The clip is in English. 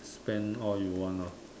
spend all you want lah